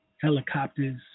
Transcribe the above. helicopters